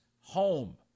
home